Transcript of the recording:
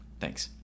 thanks